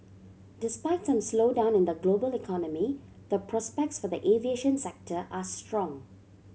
despite some slowdown in the global economy the prospects for the aviation sector are strong